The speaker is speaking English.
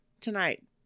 tonight